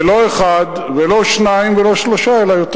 ולא אחד, ולא שניים ולא שלושה אלא יותר.